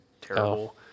terrible